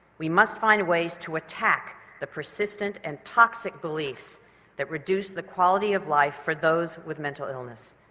we must find ways to attack the persistent and toxic beliefs that reduce the quality of life for those with mental illness.